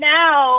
now